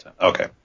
Okay